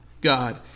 God